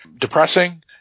depressing